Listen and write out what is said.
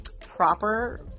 proper